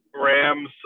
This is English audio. Rams